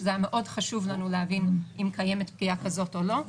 היה מאוד חשוב לנו להבין אם קיימת פגיעה כזאת או לא.